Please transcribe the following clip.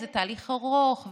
זה תהליך ארוך,